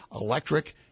electric